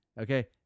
okay